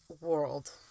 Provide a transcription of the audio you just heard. world